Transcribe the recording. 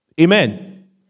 Amen